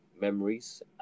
memories